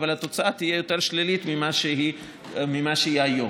אבל התוצאה תהיה יותר שלילית ממה שהיא היום.